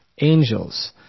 angels